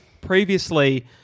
previously